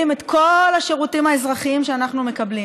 את כל השירותים האזרחיים שאנחנו מקבלים.